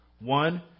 One